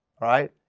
right